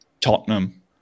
Tottenham